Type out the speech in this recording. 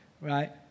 right